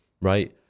right